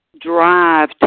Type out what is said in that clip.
drive